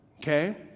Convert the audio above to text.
Okay